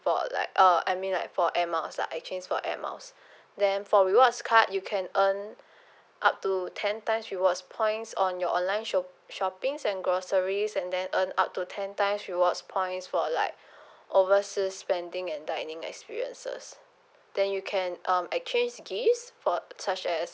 for like uh I mean like for air miles lah exchange for air miles then for rewards card you can earn up to ten times rewards points on your online sho~ shoppings and groceries and then earn up to ten times rewards points for like overseas spending and dining experiences then you can um exchange gifts for such as